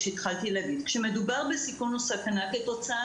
כשהתחלתי להגיד: כשמדובר בסיכון או סכנה כתוצאה